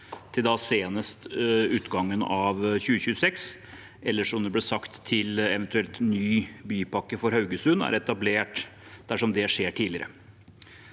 til senest utgangen av 2026, eller, som det ble sagt, til eventuelt ny bypakke for Haugesund er etablert, dersom det skjer tidligere.